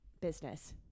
business